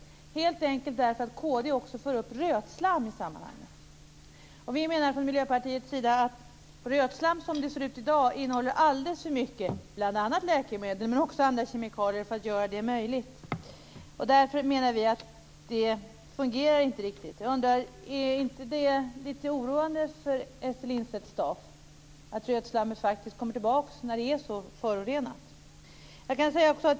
Det gör vi inte helt enkelt därför att kd också för upp rötslam i sammanhanget. Vi i Miljöpartiet menar att rötslamm som det ser ut i dag innehåller alldeles för mycket, bl.a. läkemedel men också andra kemikalier, för att göra det möjligt. Därför menar vi att det fungerar inte riktigt. Jag undrar: Är inte det lite oroande för Ester Lindstedt-Staaf att rötslam faktiskt kommer tillbaka när det är så förorenat?